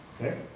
Okay